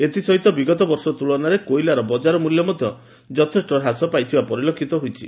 ଏଥି ସହିତ ବିଗତ ବର୍ଷ ତୁଳନାରେ କୋଇଲାର ବଜାର ମିଲ୍ୟ ଯଥେଷ୍ ହ୍ରାସ ପାଇଥିବା ପରିଲକ୍ଷିତ ହେଉଛି